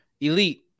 Elite